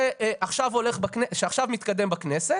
שעכשיו מתקדם בכנסת.